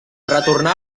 retornà